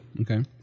Okay